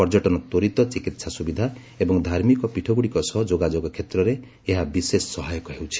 ପର୍ଯ୍ୟଟନ ତ୍ୱରିତ ଚିକିତ୍ସା ସୁବିଧା ଏବଂ ଧାର୍ମିକ ପୀଠଗୁଡ଼ିକ ସହ ଯୋଗାଯୋଗ କ୍ଷେତ୍ରରେ ଏହା ବିଶେଷ ସହାୟକ ହେଉଛି